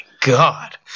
god